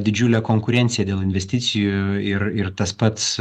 didžiulę konkurenciją dėl investicijų ir ir tas pats